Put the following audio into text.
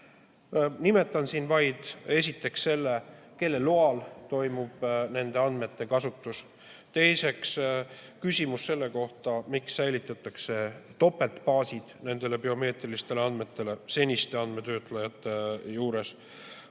Nimetan siin vaid esiteks selle, kelle loal toimub nende andmete kasutus. Teiseks, küsimus selle kohta, miks säilitatakse topeltbaasid nendele biomeetrilistele andmetele seniste andmetöötlejate juures.